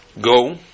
go